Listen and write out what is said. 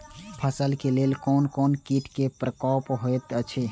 फसल के लेल कोन कोन किट के प्रकोप होयत अछि?